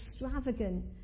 extravagant